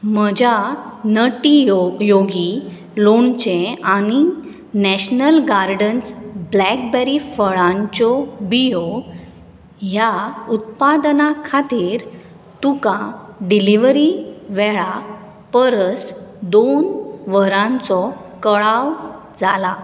म्हज्या नटी योगी लाेणचें आनी नॅशनल गार्डन्स ब्लॅकबेरी फळांच्यो बियो ह्या उत्पादनां खातीर तुका डिलिव्हरी वेळा परस दोन वरांचो कळाव जाला